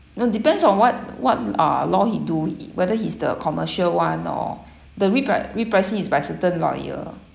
no depends on what what uh law he do whether he's the commercial [one] or the repri~ repricing is by certain lawyer